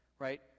Right